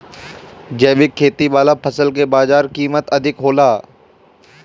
जैविक खेती वाला फसल के बाजार कीमत अधिक होला